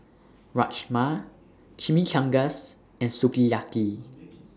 Rajma Chimichangas and Sukiyaki